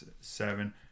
Seven